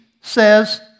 says